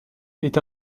est